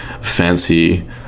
fancy